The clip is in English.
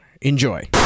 Enjoy